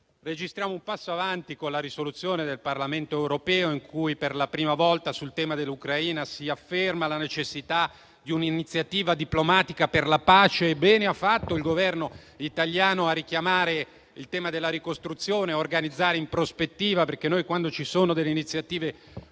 Registriamo un passo in avanti con la risoluzione del Parlamento europeo in cui, per la prima volta, sul tema dell'Ucraina si afferma la necessità di un'iniziativa diplomatica per la pace. Bene ha fatto il Governo italiano a richiamare il tema della ricostruzione, dell'organizzare in prospettiva, perché quando il Governo porta avanti iniziative utili